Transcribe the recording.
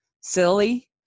silly